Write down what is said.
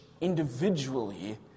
individually